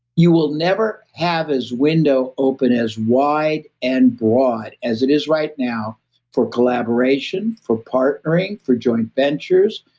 you will never have as window open as wide and broad as it is right now for collaboration, for partnering, for joint ventures,